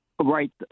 Right